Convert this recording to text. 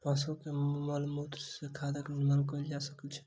पशु के मलमूत्र सॅ खादक निर्माण कयल जा सकै छै